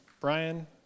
Brian